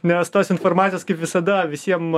nes tos informacijos kaip visada visiem